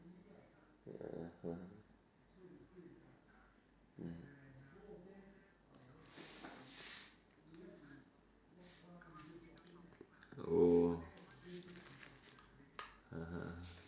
(uh huh) mm oh (uh huh)